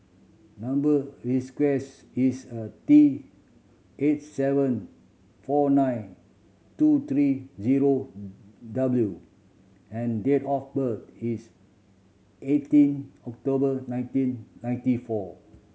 number is a T eight seven four nine two three zero W and date of birth is eighteen October nineteen ninety four